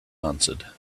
answered